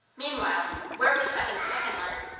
meanwhile, where was evan's second letter?